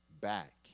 back